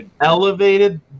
elevated